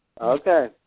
Okay